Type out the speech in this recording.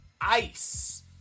ice